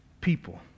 people